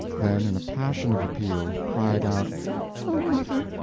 then in a passion of appeal cried out oh, mother,